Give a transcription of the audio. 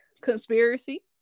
conspiracy